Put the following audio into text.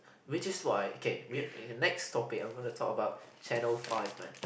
which is why okay we~ next topic I'm gonna talk about Channel Five man